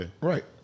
Right